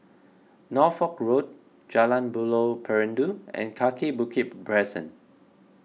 Norfolk Road Jalan Buloh Perindu and Kaki Bukit Crescent